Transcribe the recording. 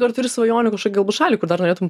dar turi svajonių kažkokią galbūt šalį kur dar norėtum